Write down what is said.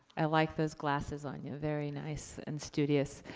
i like those glasses on you, very nice and studious.